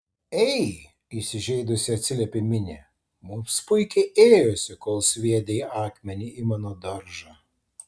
ei įsižeidusi atsiliepė minė mums puikiai ėjosi kol sviedei akmenį į mano daržą